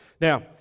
now